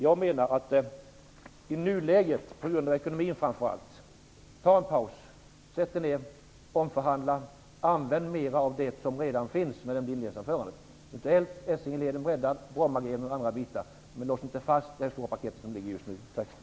Jag menar att ni i nuläget, framför allt med tanke på ekonomin, bör ta en paus. Sätt er ner, omförhandla och använd mera av det som redan finns och som jag nämnde i mitt inledningsanförande. Det gäller en breddning av Essingeleden. Det gäller t.ex. också Brommaleden. Lås inte fast er för det paket som just nu föreligger.